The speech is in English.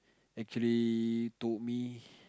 actually told me